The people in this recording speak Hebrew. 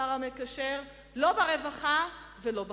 השר המקשר, לא ברווחה ולא בחינוך.